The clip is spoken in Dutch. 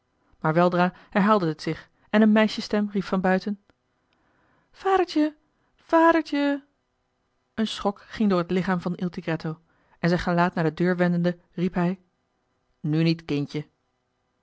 maar weldra herhaalde het zich en een meisjesstem riep van buiten vadertje vadertje een schok ging door het lichaam van il tigretto en zijn gelaat naar de deur wendende riep hij nu niet kindje